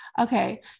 okay